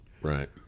Right